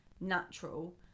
natural